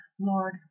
Lord